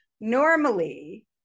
normally